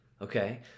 Okay